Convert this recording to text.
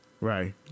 Right